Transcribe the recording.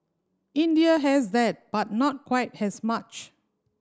India has that but not quite has much